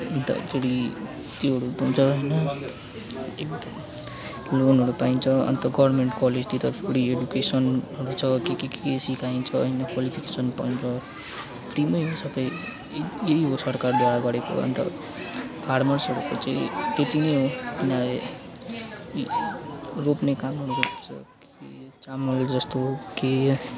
अन्त फेरि त्योहरू हुन्छ होइन एकदम लोनहरू पाइन्छ अन्त गर्मेन्ट कलेजतिर फ्री एडुकेसन हुन्छ के के के के सिकाइन्छ अनि क्वालिफिकेसन पाइन्छ फ्रीमै हो सबै यही हो सरकारद्वारा गरेको अन्त फार्मर्सहरूको चाहिँ त्यति नै हो तिनीहरूले रोक्ने काम गर्नुपर्छ के चामल जस्तो के